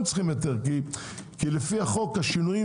גם בתוך המפעל הם צריכים היתר כי לפי החוק שינויים